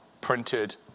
printed